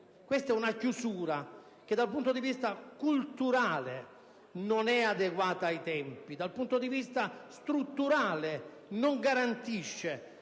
tutto. È una chiusura che dal punto di vista culturale non è adeguata ai tempi e dal punto di vista strutturale non garantisce